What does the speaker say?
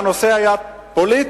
כשהנושא היה פוליטי,